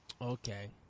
Okay